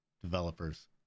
Developers